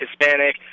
Hispanic